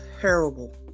terrible